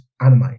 anime